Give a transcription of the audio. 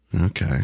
Okay